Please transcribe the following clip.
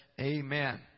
Amen